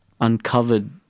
uncovered